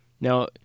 Now